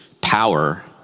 power